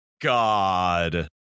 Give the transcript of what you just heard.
God